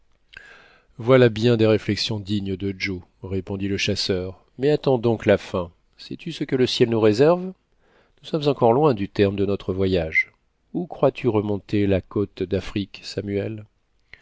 voilà bien des réflexions dignes de joe répondit le chasseur mais attends donc la fin sais-tu ce que le ciel nous réserve nous sommes encore loin du terme de notre voyage où crois-tu rencontrer la côte d'afrique samuel